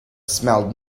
smelled